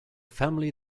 family